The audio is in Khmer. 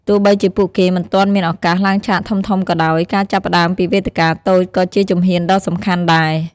ទោះបីជាពួកគេមិនទាន់មានឱកាសឡើងឆាកធំៗក៏ដោយ ការចាប់ផ្ដើមពីវេទិកាតូចក៏ជាជំហានដ៏សំខាន់ដែរ។